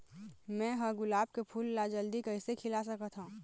मैं ह गुलाब के फूल ला जल्दी कइसे खिला सकथ हा?